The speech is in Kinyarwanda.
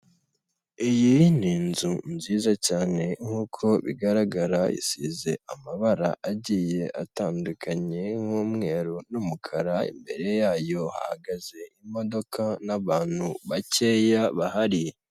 Iyi ni inzu nziza cyane nkuko bigaragara isize amabara agiye atandukanye nk'umweru n'umukara imbere yayo hahagaze imodoka n'abantu bakeya bahari.